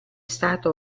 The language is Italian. stato